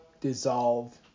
dissolve